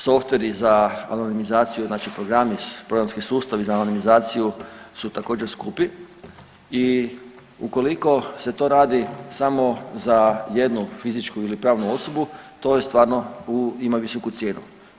Softveri za anonimizaciju, znači programi, programski sustavi za anonimizaciju su također skupi i ukoliko se to radi samo za jednu fizičku ili pravnu osobu to je stvarno ima visoku cijenu.